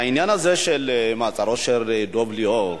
העניין הזה של מעצרו של דב ליאור.